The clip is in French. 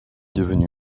devenu